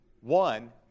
One